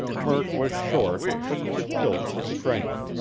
murk was short, but he was built for strength.